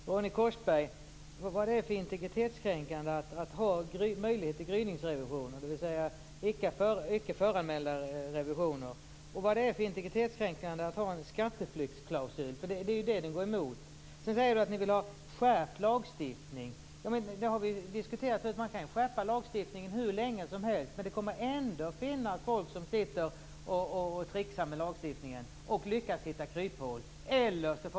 Herr talman! Jag skulle vilja fråga Ronny Korsberg vad det är för integritetskränkande i att ha möjlighet till gryningsrevisioner, dvs. icke föranmälda revisioner, och i att ha en skatteflyktsklausul. Det är ju detta som ni går emot. Ni vill ha en skärpt lagstiftning, men detta har vi diskuterat tidigare. Man kan skärpa lagstiftningen hur långt som helst; det kommer ändå att finnas folk som trixar med lagstiftningen och lyckas hitta kryphål.